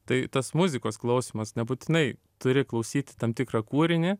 tai tas muzikos klausymas nebūtinai turi klausyti tam tikrą kūrinį